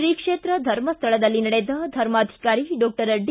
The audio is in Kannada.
ಶ್ರೀಕ್ಷೇತ್ರ ಧರ್ಮಸ್ಥಳದಲ್ಲಿ ನಡೆದ ಧರ್ಮಾಧಿಕಾರಿ ಡಾಕ್ಟರ್ ಡಿ